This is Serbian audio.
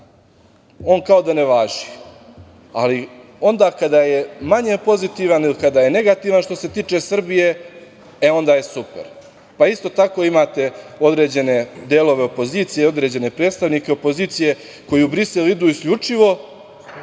on kao da ne važi. Onda kada je manje pozitivan ili kada je negativan što se tiče Srbije, e onda je super. Pa isto tako imate određene delove opozicije i određene predstavnike opozicije koji u Brisel idu isključivo